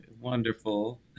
wonderful